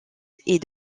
est